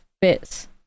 bits